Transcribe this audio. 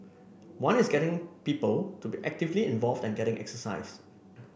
one is getting people to be actively involved and getting exercise